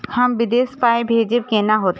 हम विदेश पाय भेजब कैना होते?